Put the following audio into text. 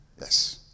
Yes